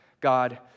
God